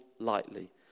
lightly